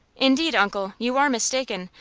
indeed, uncle, you are mistaken.